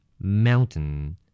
Mountain